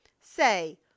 Say